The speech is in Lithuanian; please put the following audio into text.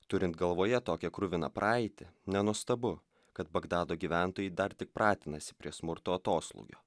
turint galvoje tokią kruviną praeitį nenuostabu kad bagdado gyventojai dar tik pratinasi prie smurto atoslūgio